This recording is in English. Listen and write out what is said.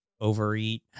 overeat